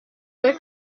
ari